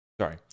Sorry